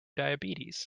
diabetes